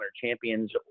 champions